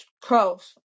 close